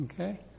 okay